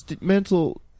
mental